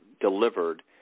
delivered